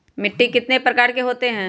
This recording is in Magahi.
मिट्टी कितने प्रकार के होते हैं?